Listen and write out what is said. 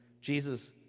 Jesus